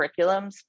curriculums